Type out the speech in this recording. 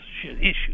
issues